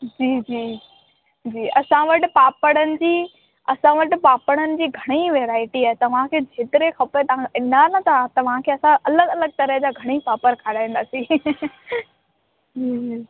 जी जी जी असां वटि पापड़नि जी असां वटि पापड़नि जी घणेई वैराइटी आहे तव्हांखे जेतिरे खपे तव्हां ईंदा न तव्हांखे असां अलॻि अलॻि तरह जा घणेई पापड़ खाराईंदासीं हम्म